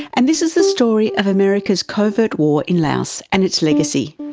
and this is the story of america's covert war in laos, and its legacy.